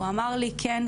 הוא אמר לי כן,